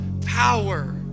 power